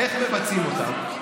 איך מבצעים אותן?